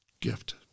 gift